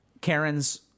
Karens